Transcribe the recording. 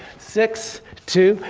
six, two,